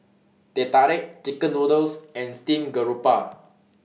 Teh Tarik Chicken Noodles and Steamed Garoupa